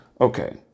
Okay